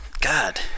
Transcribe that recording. God